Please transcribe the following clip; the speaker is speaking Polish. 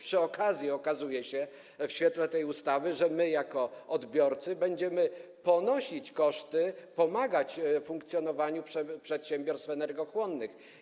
Przy okazji okazuje się, w świetle tej ustawy, że my jako odbiorcy będziemy ponosić koszty, pomagać w funkcjonowaniu przedsiębiorstw energochłonnych.